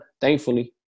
thankfully